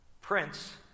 Prince